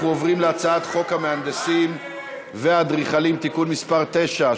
אנחנו עוברים להצעת חוק המהנדסים והאדריכלים (תיקון מס' 9),